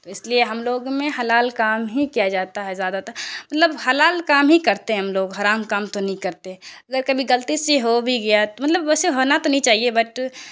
تو اس لیے ہم لوگوں میں حلال کام ہی کیا جاتا ہے زیادہ تر مطلب حلال کام ہی کرتے ہیں ہم لوگ حرام کام تو نہیں کرتے اگر کبھی غلطی سے ہو بھی گیا تو مطلب ویسے ہونا تو نہیں چاہیے بٹ